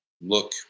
look